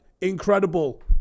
Incredible